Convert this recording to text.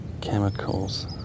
chemicals